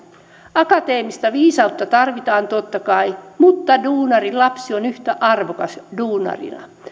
akateemista viisautta tarvitaan totta kai mutta duunarin lapsi on yhtä arvokas duunarina